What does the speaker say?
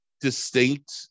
distinct